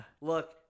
look